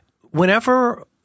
whenever